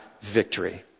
victory